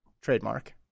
trademark